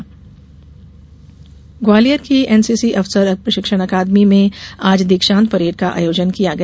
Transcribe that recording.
NCC Gwalior Gwalior की NCC अफसर प्रशिक्षण अकादमी में आज दीक्षांत परेड का आयोजन किया गया